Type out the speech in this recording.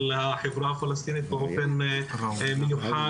של החברה הפלסטינית באופן מיוחד.